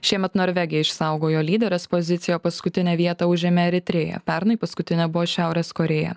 šiemet norvegija išsaugojo lyderės poziciją paskutinę vietą užėmė eritrėja pernai paskutinė buvo šiaurės korėja